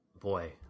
boy